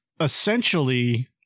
essentially